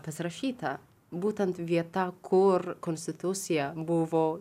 pasirašyta būtent vieta kur konstitucija buvo